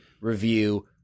review